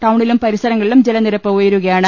ടൌണിലും പരിസരങ്ങളിലും ജലനിരപ്പ് ഉയരുകയാണ്